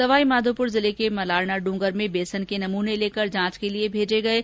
सवाईमाधोपुर जिले के मलारना ड्रंगर में बेसन के नमूने लेकर जांच के लिए भेजे गये हैं